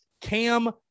Cam